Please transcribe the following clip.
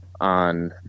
on